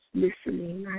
listening